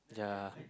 yeah